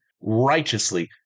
righteously